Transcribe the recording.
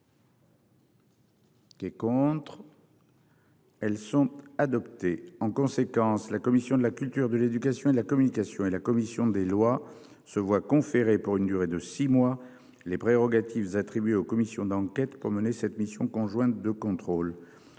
Qui est contre. Elles sont adoptés en conséquence la commission de la culture de l'éducation et de la communication et la commission des Lois se voit conférer pour une durée de 6 mois les prérogatives attribuées aux commissions d'enquête pour mener cette mission conjointe de contrôle